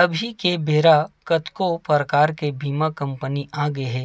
अभी के बेरा कतको परकार के बीमा कंपनी आगे हे